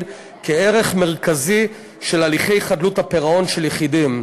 כערך מרכזי של הליכי חדלות הפירעון של יחידים.